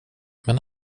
men